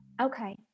Okay